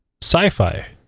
sci-fi